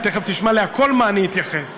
תכף תשמע כל מה שאני אתייחס.